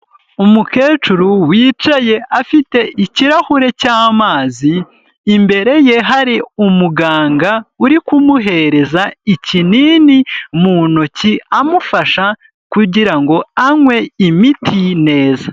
Umukecuru wicaye afite ikirahure cy'amazi imbere ye hari umuganga uri kumuhereza ikinini mu ntoki amufasha kugirango anywe imiti neza.